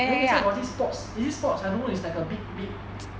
you know that side got this sports is it sport I don't know it's like a big lake